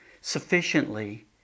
sufficiently